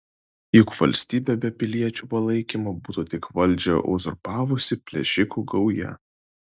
juk valstybė be piliečių palaikymo būtų tik valdžią uzurpavusi plėšikų gauja